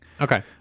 Okay